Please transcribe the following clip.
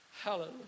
Hallelujah